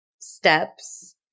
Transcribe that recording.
steps